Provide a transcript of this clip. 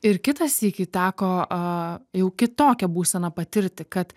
ir kitą sykį teko jau kitokią būseną patirti kad